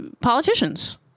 politicians